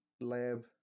lab